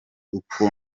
uko